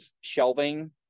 shelving